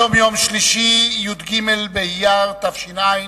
היום יום שלישי, י"ג באייר תש"ע,